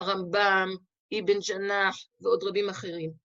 רמב"ם, איבן-ג'נאח, ועוד רבים אחרים.